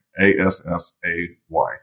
A-S-S-A-Y